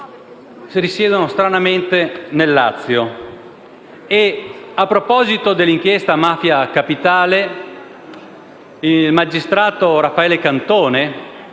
Grazie,